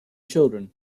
children